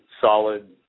solid